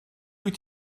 wyt